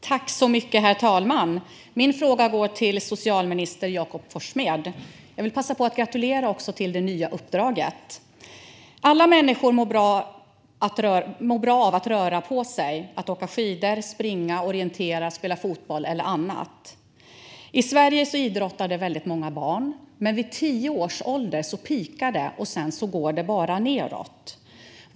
Herr talman! Min fråga går till socialminister Jakob Forssmed, som jag vill passa på att gratulera till det nya uppdraget. Alla människor mår bra av att röra på sig, åka skidor, springa, orientera, spela fotboll eller annat. I Sverige är det många barn som idrottar, men vid tio års ålder peakar det för att sedan bara gå nedåt.